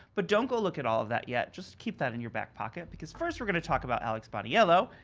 but, don't go look at all of that yet, just keep that in your back pocket. because first were gonna talk about alex boniello,